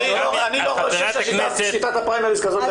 אז שלוש.